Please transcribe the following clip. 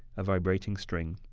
a vibrating string.